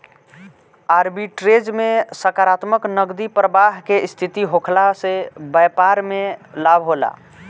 arbitrage में सकारात्मक नगदी प्रबाह के स्थिति होखला से बैपार में लाभ होला